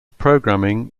programming